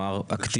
והבנייה,